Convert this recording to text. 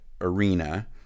arena